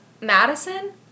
Madison